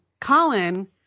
Colin